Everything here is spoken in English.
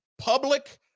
public